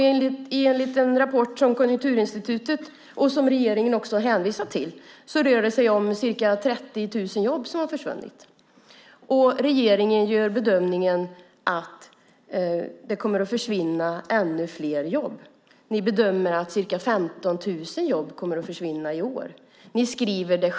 Enligt en rapport från Konjunkturinstitutet, som regeringen också hänvisar till, rör det sig om ca 30 000 jobb som har försvunnit. Nu bedömer regeringen att det kommer att försvinna ännu fler jobb, ca 15 000 i år.